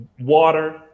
water